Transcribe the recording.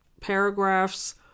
paragraphs